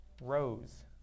rows